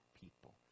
people